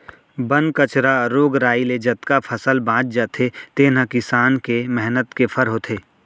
बन कचरा, रोग राई ले जतका फसल बाँच जाथे तेने ह किसान के मेहनत के फर होथे